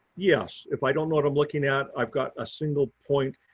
yes, if i don't know what i'm looking at. i've got a single point,